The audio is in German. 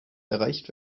erreicht